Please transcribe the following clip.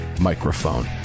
microphone